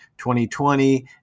2020